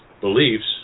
beliefs